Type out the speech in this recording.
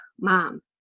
mom